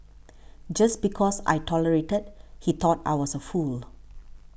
just because I tolerated he thought I was a fool